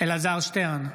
אלעזר שטרן,